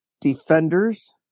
Defenders